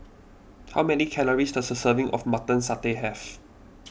how many calories does a serving of Mutton Satay have